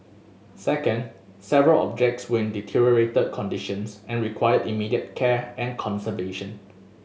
second several objects were in deteriorated conditions and required immediate care and conservation